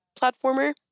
platformer